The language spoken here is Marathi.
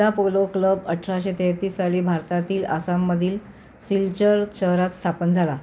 पहिला पोलो क्लब अठराशे तेहतीस साली भारतातील आसाममधील सिलचर शहरात स्थापन झाला